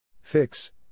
Fix